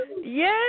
Yes